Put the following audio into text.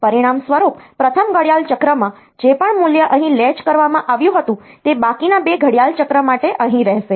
પરિણામ સ્વરૂપે પ્રથમ ઘડિયાળ ચક્રમાં જે પણ મૂલ્ય અહીં લૅચ કરવામાં આવ્યું હતું તે બાકીના 2 ઘડિયાળ ચક્ર માટે અહીં રહેશે